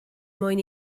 mwyn